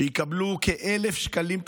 שיקבלו תוספת של כ-1,000 שקלים,